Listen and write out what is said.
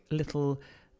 little